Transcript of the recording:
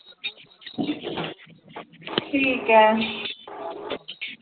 ठीक ऐ